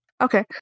Okay